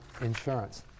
Insurance